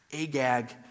Agag